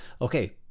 Okay